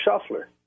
shuffler